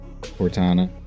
Cortana